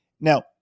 now